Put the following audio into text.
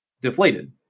deflated